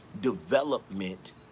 development